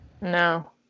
no